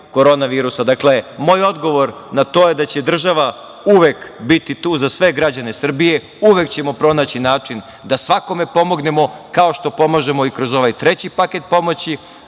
korona virusa. Moj odgovor na to je da će država uvek biti tu za sve građane Srbije, uvek ćemo pronaći način da svakome pomognemo, kao što pomažemo i kroz ovaj treći paket pomoći,